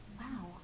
wow